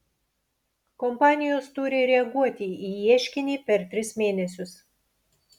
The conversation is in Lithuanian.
kompanijos turi reaguoti į ieškinį per tris mėnesius